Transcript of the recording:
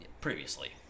Previously